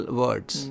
words